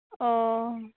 ᱚᱻ